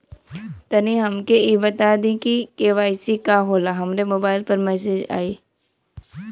तनि हमके इ बता दीं की के.वाइ.सी का होला हमरे मोबाइल पर मैसेज आई?